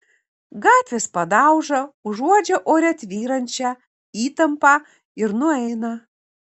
gatvės padauža užuodžia ore tvyrančią įtampą ir nueina